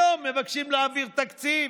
ליום מבקשים להעביר תקציב,